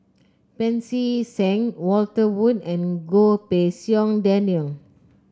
Pancy Seng Walter Woon and Goh Pei Siong Daniel